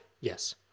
Yes